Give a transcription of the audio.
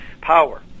power